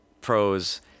pros